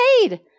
paid